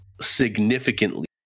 significantly